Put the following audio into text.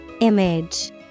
Image